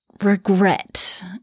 regret